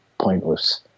pointless